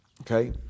Okay